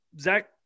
Zach